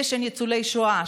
שניצולי שואה,